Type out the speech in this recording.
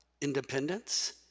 independence